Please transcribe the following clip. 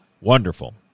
Wonderful